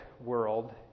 world